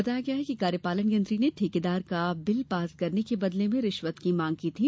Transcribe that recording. बताया जाता है कि कार्यपालन यंत्री ने ठेकेदार का बिल पास करने के बदले में रिश्वत की मांग की थी